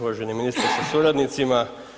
Uvaženi ministre sa suradnicima.